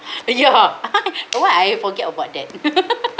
ya why I forget about that